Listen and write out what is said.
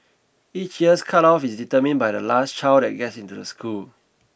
each year's cut off is determined by the last child that gets into the school